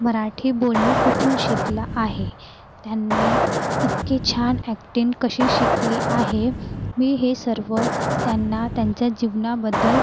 मराठी बोलणं कुठून शिकला आहे त्यांनी इतकी छान अॅक्टिन कशी शिकली आहे मी हे सर्व त्यांना त्यांच्या जीवनाबद्दल